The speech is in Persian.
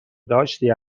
داشتی